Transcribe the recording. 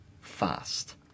Fast